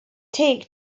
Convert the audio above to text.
take